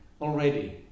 Already